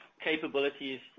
capabilities